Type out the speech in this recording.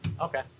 Okay